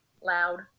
Loud